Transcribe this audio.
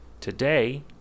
Today